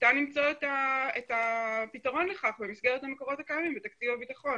ניתן למצוא את הפתרון לכך במסגרת המקורות הקיימים בתקציב הביטחון.